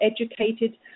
educated